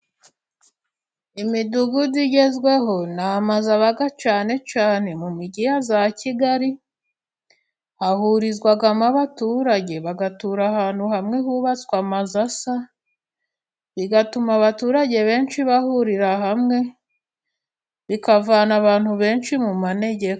Imidugudu igezweho ni amazu aba cyane cyane mu mijyi ya za kigali, hahurizwamo abaturage bagatura ahantu hamwe hubatswe amazu asa, bigatuma abaturage benshi bahurira hamwe bikavana abantu benshi mu manegeka.